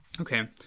Okay